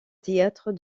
théâtre